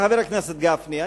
חבר הכנסת גפני,